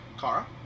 Kara